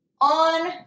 on